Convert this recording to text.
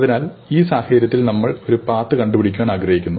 അതിനാൽ ഈ സാഹചര്യത്തിൽ നമ്മൾ ഒരു പാത്ത് കണ്ടുപിടിക്കുവാൻ ആഗ്രഹിക്കുന്നു